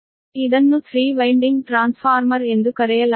ಇದನ್ನು three winding transformer ಎಂದು ಕರೆಯಲಾಗುತ್ತದೆ